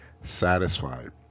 satisfied